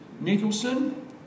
Nicholson